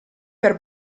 per